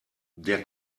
der